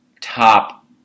top